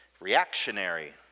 reactionary